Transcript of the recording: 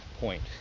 point